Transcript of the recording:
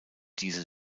diese